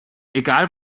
egal